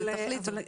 אז תחליטו.